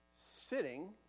sitting